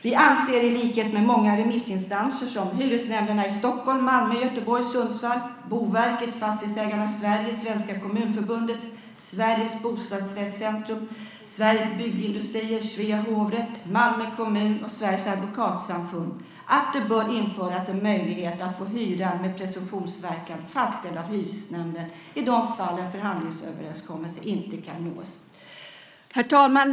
Vi anser i likhet med många remissinstanser som hyresnämnderna i Stockholm, Malmö, Göteborg, Sundsvall, Boverket, Fastighetsägarna Sverige, Svenska Kommunförbundet, Sveriges Bostadsrättscentrum, Sveriges Byggindustrier, Svea hovrätt, Malmö kommun och Sveriges advokatsamfund att det bör införas en möjlighet att få hyra med presumtionsverkan fastställd av hyresnämnden i de fall en förhandlingsöverenskommelse inte kan nås. Herr talman!